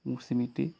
মোৰ স্মৃতি